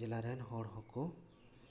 ᱡᱮᱞᱟ ᱨᱮᱱ ᱦᱚᱲ ᱦᱚᱸ ᱠᱚ